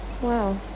Wow